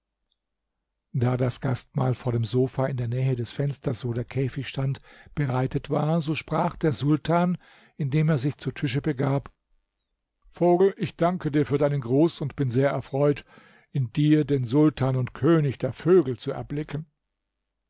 da das gastmahl vor dem sofa in der nähe des fensters wo der käfig stand bereitet war so sprach der sultan indem er sich zu tisch begab vogel ich danke dir für deinen gruß und bin sehr erfreut in dir den sultan und könig der vögel zu erblicken